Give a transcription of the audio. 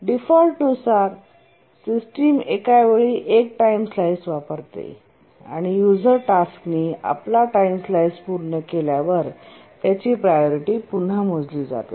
डीफॉल्टनुसार system एका वेळी एक टाइम स्लाइस वापरते आणि युझर टास्कनी आपला टाइम स्लाइस पूर्ण केल्यावर त्यांची प्रायोरिटी पुन्हा मोजली जाते